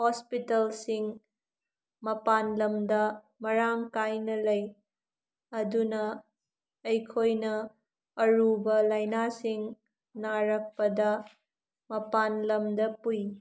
ꯍꯣꯁꯄꯤꯇꯥꯜꯁꯤꯡ ꯃꯄꯥꯜ ꯂꯝꯗ ꯃꯔꯥꯡ ꯀꯥꯏꯅ ꯂꯩ ꯑꯗꯨꯅ ꯑꯩꯈꯣꯏꯅ ꯑꯔꯨꯕ ꯂꯥꯏꯅꯥꯁꯤꯡ ꯅꯥꯔꯛꯄꯗ ꯃꯄꯥꯜ ꯂꯝꯗ ꯄꯨꯏ